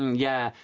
yeah,